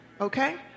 Okay